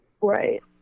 Right